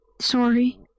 Sorry